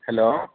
hello